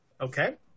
Okay